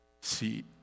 See